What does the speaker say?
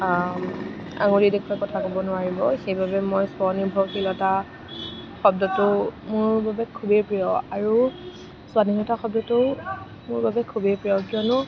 আঙুলি দেখুৱাই কথা ক'ব নোৱাৰিব সেইবাবে মই স্বনিৰ্ভৰশীলতা শব্দটো মোৰ বাবে খুবেই প্ৰিয় আৰু স্বাধীনতা শব্দটোও মোৰ বাবে খুবেই প্ৰিয় কিয়নো